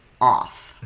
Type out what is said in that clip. off